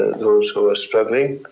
those who were struggling.